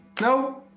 No